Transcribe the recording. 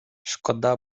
шкода